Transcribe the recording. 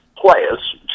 players